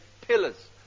Pillars